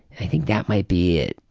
i think that might be it.